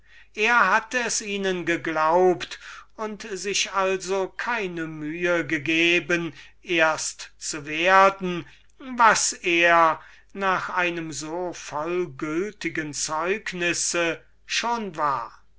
er hatte es ihnen geglaubt und sich also keine mühe gegeben erst zu werden was er nach einem so vollgültigen zeugnis schon war